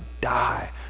die